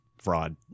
fraud